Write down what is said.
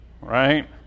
right